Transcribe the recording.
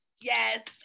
Yes